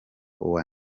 uwa